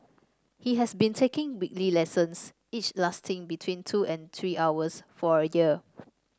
he has been taking weekly lessons each lasting between two and three hours for a year